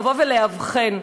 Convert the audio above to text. לבוא ולאבחן.